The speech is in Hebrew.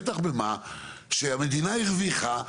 בטח במה שהמדינה הרוויחה,